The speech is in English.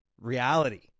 reality